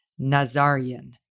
Nazarian